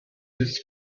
his